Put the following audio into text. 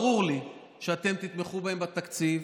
ברור לי שאתם תתמכו בהם בתקציב,